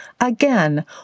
Again